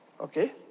okay